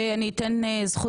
אתן זכות